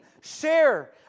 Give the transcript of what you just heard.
share